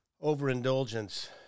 overindulgence